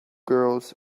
girls